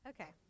Okay